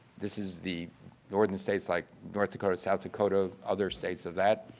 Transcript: this is the northern states like north dakota, south dakota, other states of that.